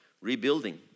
rebuilding